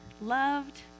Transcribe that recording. loved